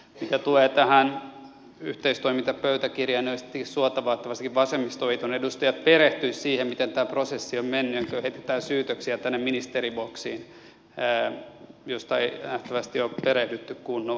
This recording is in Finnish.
mitä tulee tähän yhteistoimintapöytäkirjaan niin olisi tietenkin suotavaa että varsinkin vasemmistoliiton edustajat perehtyisivät siihen miten tämä prosessi on mennyt ennen kuin heitetään syytöksiä tänne ministeriboksiin jos ei nähtävästi ole perehdytty kunnolla